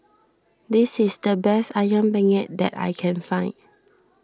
this is the best Ayam Penyet that I can find